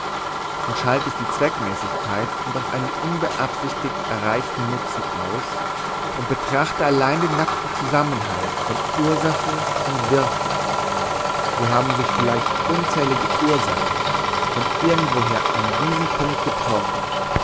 und schalte ich die zweckmäßigkeit und auch einen unbeabsichtigt erreichten nutzen aus und betrachte allein den nackten zusammenhang von ursache und wirkung so haben sich vielleicht unzählige ursachen von irgendwo her an diesem punkt getroffen